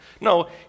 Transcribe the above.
No